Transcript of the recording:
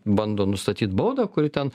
bando nustatyt baudą kuri ten